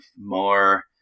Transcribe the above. more